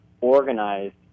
organized